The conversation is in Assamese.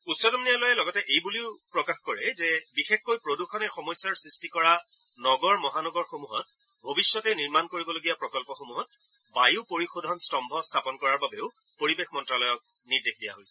উচ্চতম ন্যায়ালয়ে লগতে এইবুলিও প্ৰকাশ কৰে যে বিশেষকৈ প্ৰদূষণে সমস্যাৰ সৃষ্টি কৰা নগৰ মহানগৰসমূহত ভৱিষ্যতে নিৰ্মাণ কৰিবলগীয়া প্ৰকল্পসমূহত বায়ু পৰিশোধন স্তম্ভ স্থাপন কৰাৰ বাবেও পৰিৱেশ মন্ত্ৰ্যালয়ক নিৰ্দেশ দিয়া হৈছে